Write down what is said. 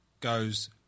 goes